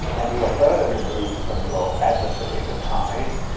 and you were further removed from your adversary the thais,